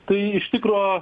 tai iš tikro